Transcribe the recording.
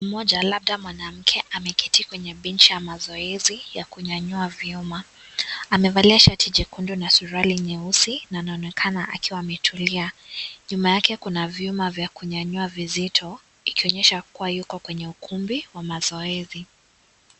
Mmoja labda mwanamke ameketi kwenye benchi ya mazoezi ya kunyayua vyuma. Amevalia shati jekundu na suruali nyeusi na anaonekana akiwa ametulia. Nyuma yake kuna vyuma vya kunyayua vizito, ikionyesha kuwa yuko kwenye ukumbi wa mazoezi.